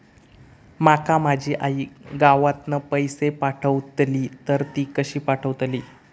माका माझी आई गावातना पैसे पाठवतीला तर ती कशी पाठवतली?